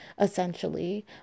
essentially